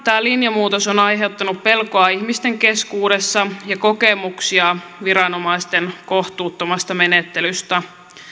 linjanmuutos on on aiheuttanut pelkoa ihmisten keskuudessa ja kokemuksia viranomaisten kohtuuttomasta menettelystä